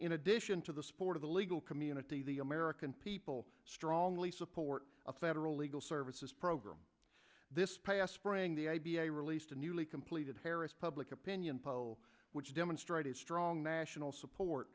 in addition to the support of the legal community the american people strongly support a federal legal services program this past spring the a b a released a newly completed harris public opinion poll which demonstrated strong national support